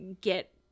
get